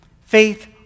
faith